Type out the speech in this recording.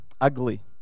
ugly